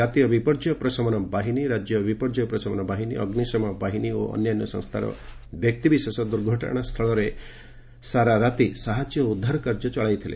ଜାତୀୟ ବିପର୍ଯ୍ୟୟ ପ୍ରଶମନ ବାହିନୀ ରାଜ୍ୟ ବିପର୍ଯ୍ୟୟ ପ୍ରଶମନ ବାହିନୀ ଅଗ୍ନିଶମ ବାହିନୀ ଓ ଅନ୍ୟାନ୍ୟ ସଂସ୍ଥାର ବ୍ୟକ୍ତିବିଶେଷ ଦୁର୍ଘଟଣାସ୍ଥଳରେ ସାରାରାତି ସାହାଯ୍ୟ ଓ ଉଦ୍ଧାର କାର୍ଯ୍ୟ ଚଳାଇଥିଲେ